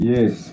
Yes